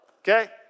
okay